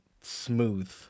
smooth